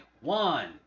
One